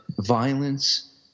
violence